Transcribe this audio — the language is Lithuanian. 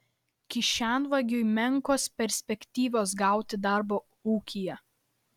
kišenvagiui menkos perspektyvos gauti darbo ūkyje